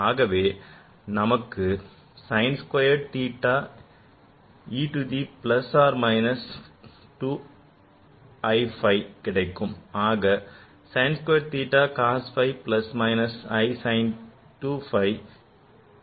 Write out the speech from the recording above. ஆகவே நமக்கு sin squared theta e to the plus or minus 2 i phi கிடைக்கும் ஆக sin squared theta cos 2 phi plus or minus i sin 2 phi